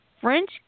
French